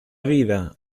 vida